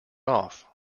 off